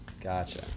Gotcha